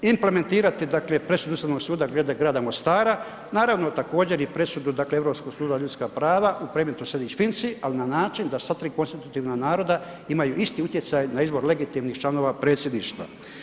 Implementirati dakle presudu Upravnog suda glede grada Mostara, naravno također i presudu dakle Europskog suda za ljudska prava u predmetu Sejdić Finci al na način da sva tri konstitutivna naroda imaju isti utjecaj na izbor legitimnih članova predsjedništva.